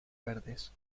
verdes